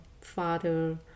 father